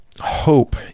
hope